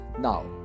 Now